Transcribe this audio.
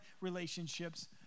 relationships